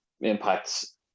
impacts